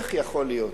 איך יכול להיות